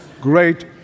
great